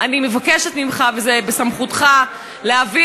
אני מניחה שתצטרף להצעה שלי לסדר.